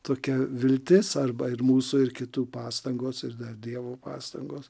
tokia viltis arba ir mūsų ir kitų pastangos ir dar dievo pastangos